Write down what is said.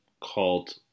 called